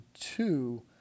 two